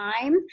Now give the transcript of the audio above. time